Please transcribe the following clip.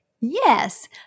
Yes